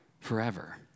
forever